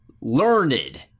learned